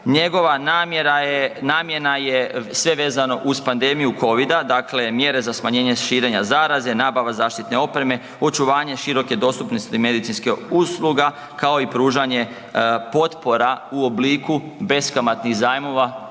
Njegova namjena je sve vezano uz pandemiju covida, dakle mjere za smanjenje širenja zaraze, nabava zaštitne opreme, očuvanje široke dostupnosti medicinskih usluga kao i pružanje potpora u obliku beskamatnih zajmova.